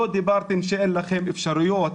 לא דיברתם שאין לכם אפשרויות,